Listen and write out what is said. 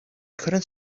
couldn’t